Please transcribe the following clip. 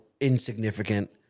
insignificant